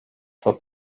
for